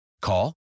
Call